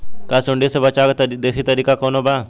का सूंडी से बचाव क देशी तरीका कवनो बा?